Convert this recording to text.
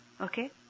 Okay